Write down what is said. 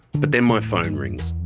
but then my phone rings.